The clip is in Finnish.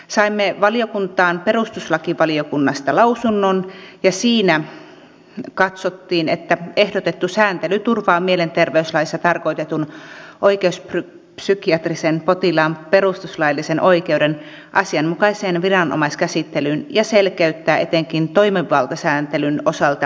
saimme valiokuntaan perustuslakivaliokunnasta lausunnon ja siinä katsottiin että ehdotettu sääntely turvaa mielenterveyslaissa tarkoitetun oikeuspsykiatrisen potilaan perustuslaillisen oikeuden asianmukaiseen viranomaiskäsittelyyn ja selkeyttää etenkin toimivaltasääntelyn osalta aukollista lainsäädäntöä